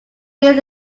this